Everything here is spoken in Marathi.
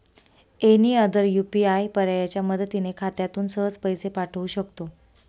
एनी अदर यु.पी.आय पर्यायाच्या मदतीने खात्यातून सहज पैसे पाठवू शकतो